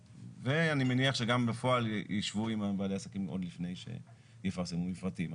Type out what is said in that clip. ואני מניח שגם בפועל ישבו עם בעלי העסקים עוד לפני שיפרסמו מפרטים.